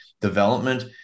development